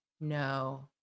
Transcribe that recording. no